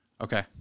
Okay